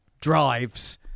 drives